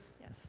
Yes